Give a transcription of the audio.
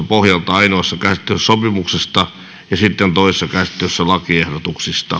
pohjalta ainoassa käsittelyssä sopimuksesta ja sitten toisessa käsittelyssä lakiehdotuksista